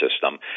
system